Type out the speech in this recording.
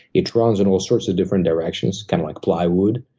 it runs in all sorts of different directions, kind of like plywood.